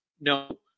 No